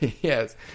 Yes